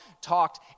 talked